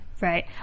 right